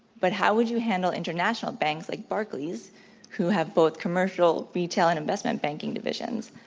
but how would you handle international banks like barclays who have both commercial, retail, and investment banking divisions?